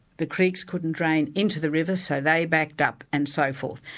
the creeks couldn't drain into the river, so they backed up, and so forth.